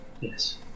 Yes